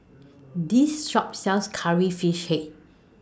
This Shop sells Curry Fish Head